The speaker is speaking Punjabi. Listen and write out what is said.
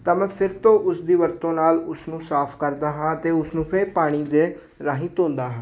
ਤਾਂ ਮੈਂ ਫਿਰ ਤੋਂ ਉਸ ਦੀ ਵਰਤੋਂ ਨਾਲ ਉਸਨੂੰ ਸਾਫ ਕਰਦਾ ਹਾਂ ਅਤੇ ਉਸਨੂੰ ਫਿਰ ਪਾਣੀ ਦੇ ਰਾਹੀਂ ਧੋਂਦਾ ਹਾਂ